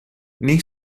nei